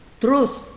truth